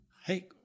hey